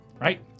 right